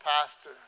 pastor